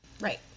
Right